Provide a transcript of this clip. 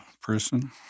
person